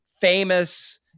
famous